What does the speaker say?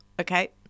Okay